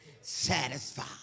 Satisfied